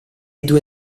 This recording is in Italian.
due